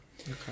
Okay